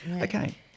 Okay